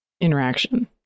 interaction